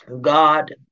God